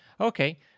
Okay